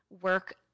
work